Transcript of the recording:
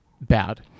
bad